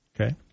Okay